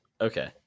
Okay